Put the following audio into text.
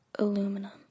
aluminum